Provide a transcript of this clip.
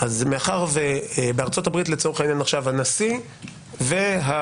מאחר שבארצות-הברית לצורך העניין עכשיו הנשיא והסנאט,